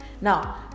Now